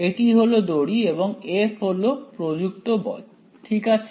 এটি হলো দড়ি এবং F হলো প্রযুক্ত বল ঠিক আছে